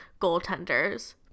goaltenders